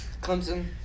Clemson